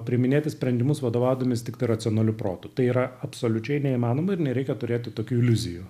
priiminėti sprendimus vadovaudamies tiktai racionaliu protu tai yra absoliučiai neįmanoma ir nereikia turėti tokių iliuzijų